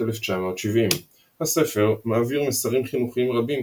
1970. הספר מעביר מסרים חינוכיים רבים,